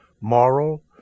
moral